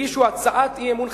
הגישו הצעת אי-אמון,